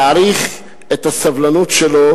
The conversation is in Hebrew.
להעריך את הסבלנות שלו,